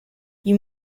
you